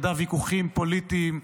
ידעה ויכוחים פוליטיים סוערים,